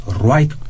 right